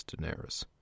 Daenerys